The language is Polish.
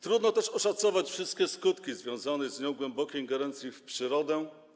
Trudno też oszacować wszystkie skutki związanej z nią głębokiej ingerencji w przyrodę.